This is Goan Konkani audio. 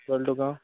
कळ्ळें तुका